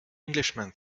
englishman